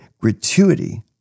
gratuity